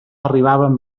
arribaven